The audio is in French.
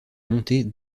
montée